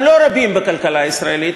הם לא רבים בכלכלה הישראלית,